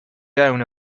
down